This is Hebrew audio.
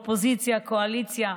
אופוזיציה קואליציה,